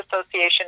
association